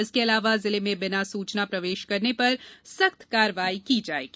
इसके अलावा जिले में बीना सूचना प्रवेश करने पर सख्त कार्यवाही की जाएगी